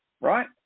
right